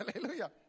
Hallelujah